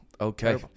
okay